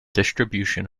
distribution